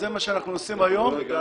זה מה שאנחנו עושים היום.